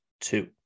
two